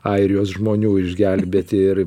airijos žmonių išgelbėti ir